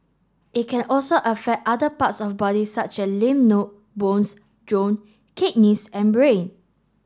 it can also affect other parts of body such as lymph node bones kidneys and brain